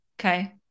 Okay